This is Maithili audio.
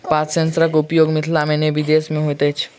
पात सेंसरक उपयोग मिथिला मे नै विदेश मे होइत अछि